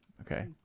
Okay